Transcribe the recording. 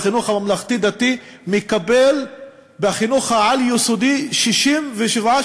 הממלכתי-דתי מקבל בחינוך העל-יסודי 67%,